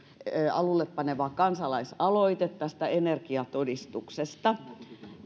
alulle panema kansalaisaloite energiatodistuksesta